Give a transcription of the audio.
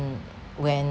mm when